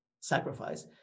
sacrifice